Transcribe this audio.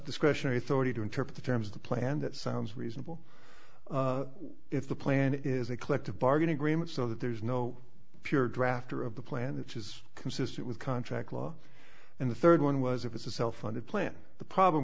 discretionary authority to interpret the terms of the plan that sounds reasonable if the plan is a collective bargaining agreement so that there's no pure drafter of the plan that is consistent with contract law and the third one was if it's a self funded plan the problem